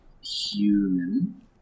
human